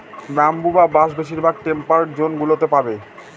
bamboo বা বাঁশ বেশিরভাগ টেম্পারড জোন গুলোতে পাবে